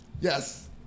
Yes